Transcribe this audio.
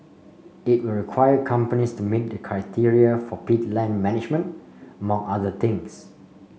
it will require companies to meet the criteria for peat land management among other things